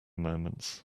moments